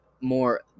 more